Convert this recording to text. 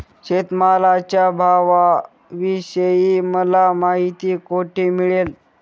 शेतमालाच्या भावाविषयी मला माहिती कोठे मिळेल?